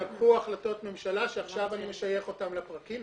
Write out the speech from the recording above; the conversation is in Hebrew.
קיבלו החלטות ממשלה שעכשיו אני משייך אותם לפרקים.